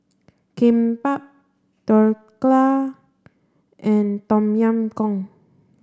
Kimbap Dhokla and Tom Yam Goong